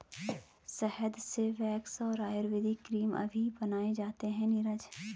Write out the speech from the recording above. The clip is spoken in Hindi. शहद से वैक्स और आयुर्वेदिक क्रीम अभी बनाए जाते हैं नीरज